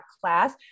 class